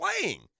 playing